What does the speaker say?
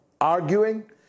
arguing